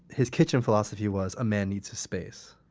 his kitchen philosophy was, a man needs his space.